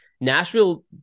Nashville